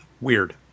Weird